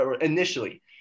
initially